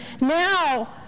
now